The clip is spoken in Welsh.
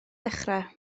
dechrau